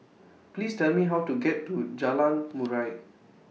Please Tell Me How to get to Jalan Murai